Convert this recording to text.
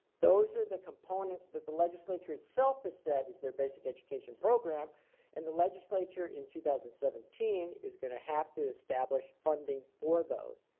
those are the components that the legislature itself has said is there basic education program and the legislature in two thousand and seventeen is going to have to establish funding for those.